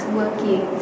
working